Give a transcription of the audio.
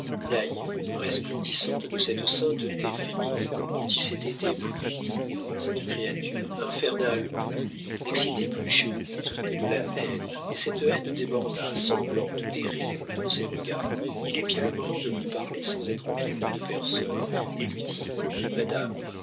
naïve resplendissant de cette sainteté féminine dont il s'était épris cette créature infernale pour lui n'excitait plus chez auguste que de la haine et cette haine déborda sanglante terrible dans ses regards il épia le moment de lui parler sans être entendu de personne et lui dit madame